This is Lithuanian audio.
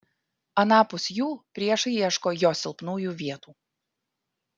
anapus jų priešai ieško jo silpnųjų vietų